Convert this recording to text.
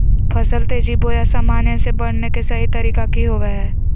फसल तेजी बोया सामान्य से बढने के सहि तरीका कि होवय हैय?